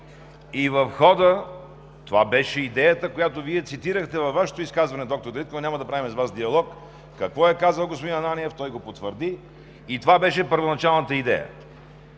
МИХАЙЛОВ: Това беше идеята, която Вие цитирахте във Вашето изказване. Доктор Дариткова, няма да правим с Вас диалог какво е казал господин Ананиев – той го потвърди и това беше първоначалната идея.